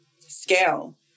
scale